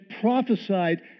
prophesied